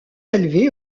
élevé